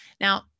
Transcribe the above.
Now